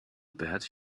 bet